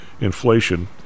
inflation